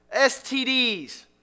STDs